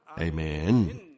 Amen